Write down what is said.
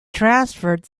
transferred